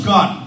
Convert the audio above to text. God